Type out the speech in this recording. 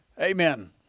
Amen